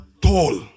tall